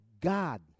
God